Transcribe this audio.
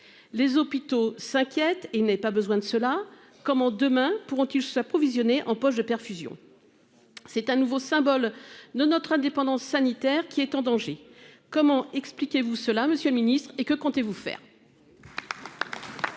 les hôpitaux s'inquiète. Il n'avait pas besoin de cela comment demain pourront toujours s'approvisionner en poche de perfusion. C'est un nouveau symbole. Nous, notre indépendance sanitaire qui est en danger. Comment expliquez-vous cela. Monsieur le ministre et que comptez-vous faire.